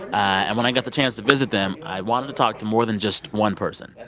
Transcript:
and when i got the chance to visit them, i wanted to talk to more than just one person.